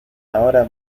ahora